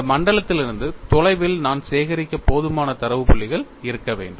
இந்த மண்டலத்திலிருந்து தொலைவில் நான் சேகரிக்க போதுமான தரவு புள்ளிகள் இருக்க வேண்டும்